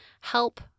help